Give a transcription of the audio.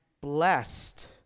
blessed